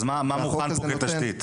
אז מה מוכן פה בתשתית?